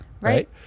Right